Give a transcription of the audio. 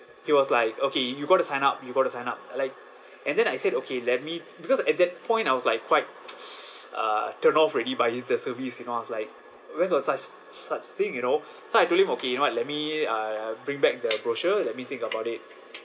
he was like okay you got to sign up you got to sign up like and then I said okay let me because at that point I was like quite uh turned off already by the service you know I was like where got such such thing you know so I told him okay you know what let me uh bring back the brochure let me think about it